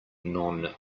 non